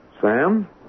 Sam